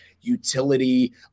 utility